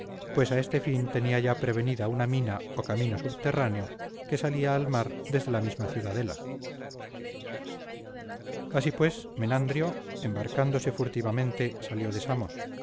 pues a este fin tenía ya prevenida una mina o camino subterráneo que salía al mar desde la misma ciudadela así pues menandrio embarcándose furtivamente salió